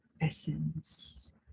essence